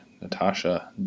Natasha